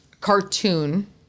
cartoon